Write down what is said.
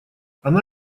она